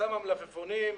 אסם המלפפונים,